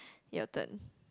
your turn